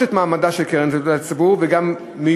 את מעמדה של קרן לתועלת הציבור גם מיוזמתו,